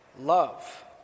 love